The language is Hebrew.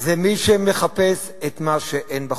זה מי שמחפש את מה שאין בחוק.